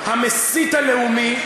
המסית הלאומי.